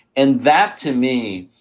and that, to me,